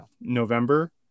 November